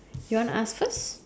you wanna ask first